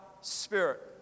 spirit